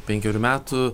penkerių metų